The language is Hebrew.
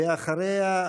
ואחריה,